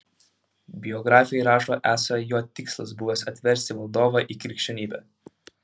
biografai rašo esą jo tikslas buvęs atversti valdovą į krikščionybę